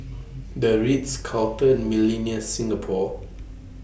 The Ritz Carlton Millenia Singapore